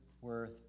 worth